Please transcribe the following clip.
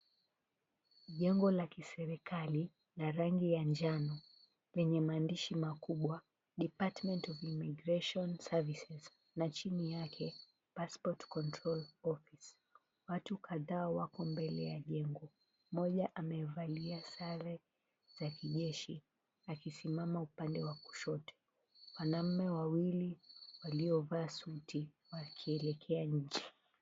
Jengo la kiserekali ina rangi ya njano yenye maandishi makubwa, Department of Immigration Services na chini yake, Passport Control Office. Watu kadhaa wako mbele ya jengo, mmoja amevalia sare za kijeshi, akisimama upande wa kushoto. Mwanaume wawili waliovaa suti wakielekea nje.